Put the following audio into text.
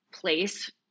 place